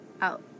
out